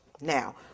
Now